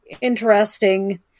interesting